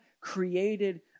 created